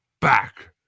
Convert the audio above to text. back